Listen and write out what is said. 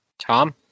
Tom